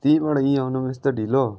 त्यहीँबाट यहीँ आउनमा यस्तो ढिलो